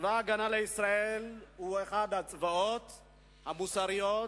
צבא-הגנה לישראל הוא אחד הצבאות המוסריים,